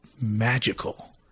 magical